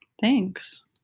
Thanks